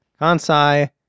Kansai